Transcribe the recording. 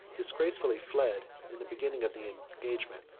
disgracefully fled in the beginning of the engagement,